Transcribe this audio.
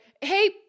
hey